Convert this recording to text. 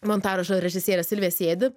montažo režisierė silvija sėdi